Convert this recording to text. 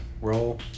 roll